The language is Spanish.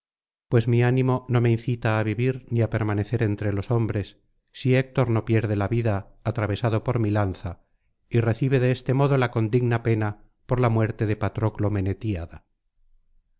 pues mi ánimo no me incita á vivir ni á permanecer entre los hombres si héctor no pierde la vida atravesado por mi lanza y recibe de este modo la condigna pena por a muerte de patroclo